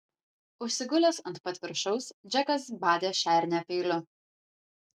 užsigulęs ant pat viršaus džekas badė šernę peiliu